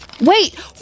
Wait